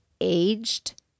aged